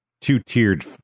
two-tiered